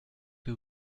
que